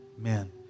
Amen